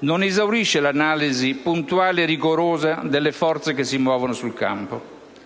non esaurisce l'analisi puntuale e rigorosa delle forze che si muovono sul campo,